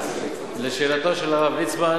לשאלתו של הרב ליצמן: